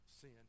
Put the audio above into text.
sin